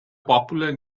popular